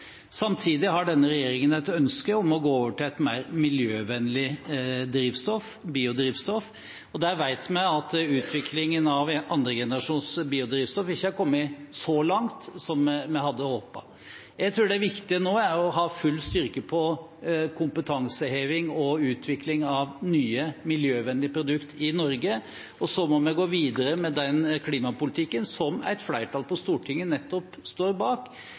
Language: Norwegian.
Samtidig har denne regjeringen et ønske om å gå over til et mer miljøvennlig drivstoff, biodrivstoff, og der vet vi at utviklingen av andregenerasjons biodrivstoff ikke har kommet så langt som vi hadde håpet. Jeg tror det viktige nå er å ha full styrke på kompetanseheving og utvikling av nye miljøvennlige produkter i Norge, og så må vi gå videre med den klimapolitikken som et flertall på Stortinget nettopp står bak.